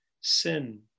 sin